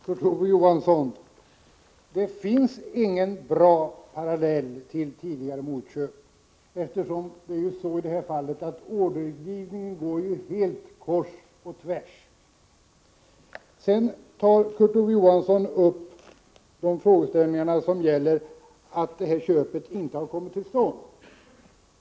Herr talman! Det finns ingen bra parallell, Kurt Ove Johansson, till tidigare motköp, eftersom ordergivningen i det här fallet går helt kors och tvärs. Kurt Ove Johansson tog upp de frågeställningar som gäller det förhållandet att köpet inte har kommit till stånd.